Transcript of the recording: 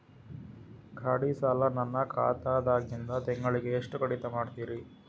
ಗಾಢಿ ಸಾಲ ನನ್ನ ಖಾತಾದಾಗಿಂದ ತಿಂಗಳಿಗೆ ಎಷ್ಟು ಕಡಿತ ಮಾಡ್ತಿರಿ?